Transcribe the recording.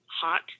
hot